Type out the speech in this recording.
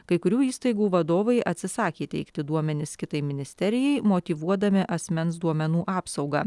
kai kurių įstaigų vadovai atsisakė teikti duomenis kitai ministerijai motyvuodami asmens duomenų apsaugą